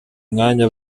mwanya